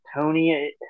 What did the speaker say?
Tony